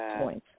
points